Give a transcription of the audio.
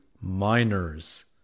miners